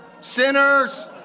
sinners